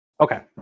Okay